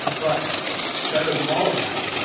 but better than all of that,